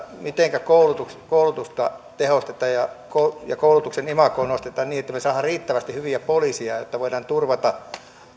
mitenkä koulutusta tehostetaan ja koulutuksen imagoa nostetaan niin että me saamme riittävästi hyviä poliiseja että voidaan turvata